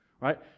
right